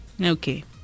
Okay